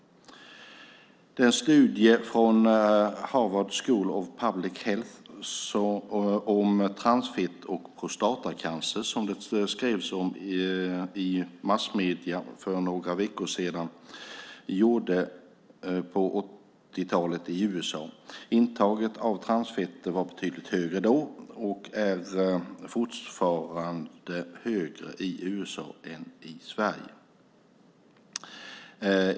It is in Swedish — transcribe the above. Den studie från Harvard School of Public Health om transfett och prostatacancer som det skrevs om i massmedier för några veckor sedan gjordes på 80-talet i USA. Intaget av transfetter var betydligt högre då, och är fortfarande högre i USA än i Sverige.